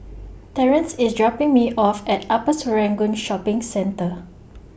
Terrance IS dropping Me off At Upper Serangoon Shopping Centre